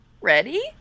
ready